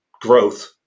growth